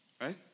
right